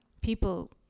People